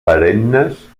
perennes